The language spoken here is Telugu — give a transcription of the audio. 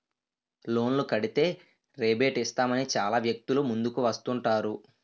లోన్లు కడితే రేబేట్ ఇస్తామని చాలా వ్యక్తులు ముందుకు వస్తుంటారు